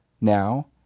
Now